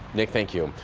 nick, thank you.